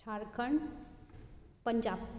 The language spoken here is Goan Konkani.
झारखंड पंजाब